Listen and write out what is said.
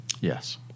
Yes